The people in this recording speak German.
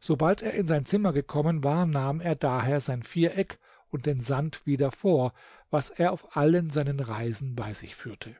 sobald er in sein zimmer gekommen war nahm er daher sein viereck und den sand wieder vor was er auf allen seinen reisen bei sich führte